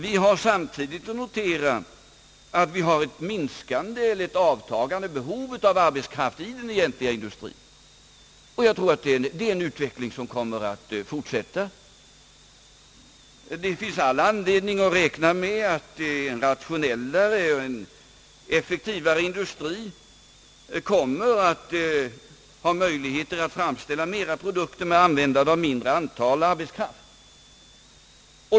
Vi har samtidigt att notera att vi har ett avtagande behov av arbetskraft inom den egentliga industrin, och det är en utveckling som kommer att fortsätta. Det finns all anledning att räkna med att en rationellare och en effektivare industri kommer att få möjligheter att framställa mera produkter med användande av mindre arbetskraft.